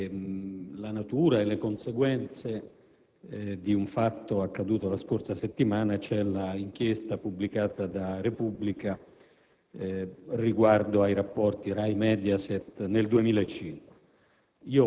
la natura e le conseguenze di un fatto accaduto la scorsa settimana, cioè l'inchiesta pubblicata da «la Repubblica» riguardo ai rapporti RAI-Mediaset nel 2005.